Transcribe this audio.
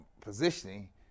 positioning